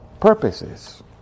purposes